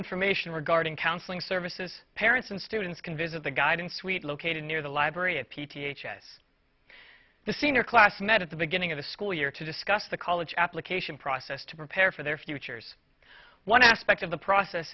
information regarding counseling services parents and students can visit the guidance suite located near the library of p p h s the senior class met at the beginning of the school year to discuss the college application process to prepare for their futures one aspect of the process